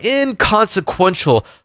inconsequential